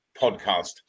podcast